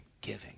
giving